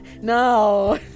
No